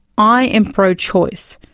i am pro-choice.